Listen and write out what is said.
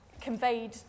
conveyed